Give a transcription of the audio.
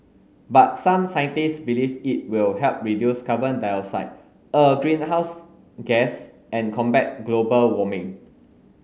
but some scientists believe it will help reduce carbon dioxide a greenhouse gas and combat global warming